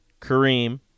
Kareem